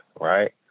right